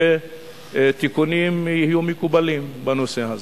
שתיקונים יהיו מקובלים בנושא הזה.